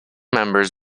members